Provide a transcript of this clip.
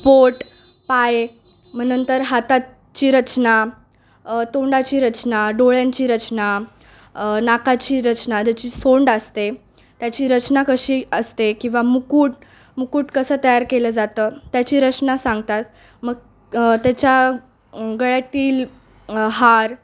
पोट पाय मग नंतर हाताची रचना तोंडाची रचना डोळ्यांची रचना नाकाची रचना त्याची सोंड असते त्याची रचना कशी असते किंवा मुकुट मुकुट कसा तयार केलं जातं त्याची रचना सांगतात मग त्याच्या गळ्यातील हार